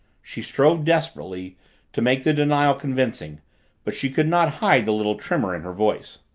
she strove desperately to make the denial convincing but she could not hide the little tremor in her voice.